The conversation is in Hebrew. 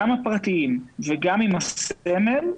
גם הפרטיים וגם עם הסמל,